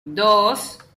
dos